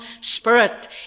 spirit